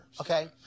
okay